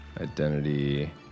Identity